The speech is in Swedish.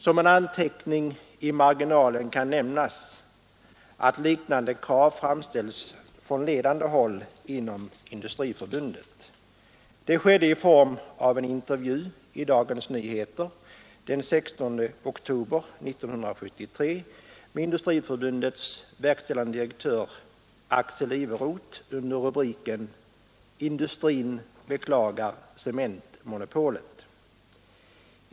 Som en anteckning i marginalen kan nämnas att liknande krav framställts från ledande håll inom Industriförbundet. Det skedde i form av en intervju i Dagens Nyheter den 16 oktober 1973 med Industriförbundets verkställande direktör Axel Iveroth under rubriken ”Industrin beklagar cementmonopolet”.